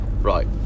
right